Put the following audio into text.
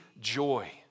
joy